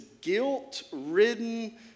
guilt-ridden